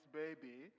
baby